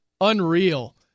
Unreal